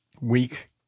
week